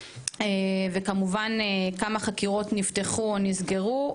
וכמובן כמה חקירות נפתחו או נסגרו,